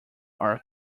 are